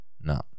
no